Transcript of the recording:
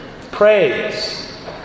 praise